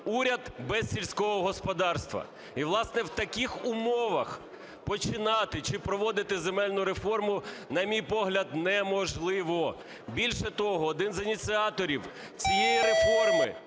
уряд без сільського господарства. І, власне, в таких умовах починати чи проводити земельну реформу, на мій погляд, неможливо. Більше того, один з ініціаторів цієї реформи